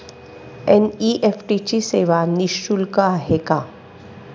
NEFT सेवा निःशुल्क आहे का?